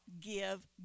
give